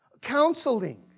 counseling